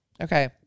Okay